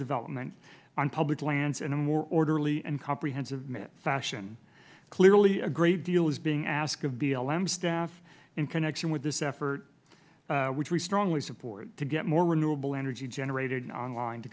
development on public lands in a more orderly and comprehensive fashion clearly a great deal is being asked of blm staff in connection with this effort which we strongly support to get more renewable energy generated on line to